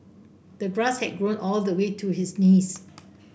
the grass had grown all the way to his knees